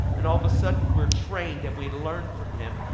and all the sudden we're trained that way learn from him.